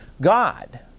God